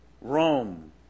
Rome